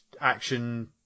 action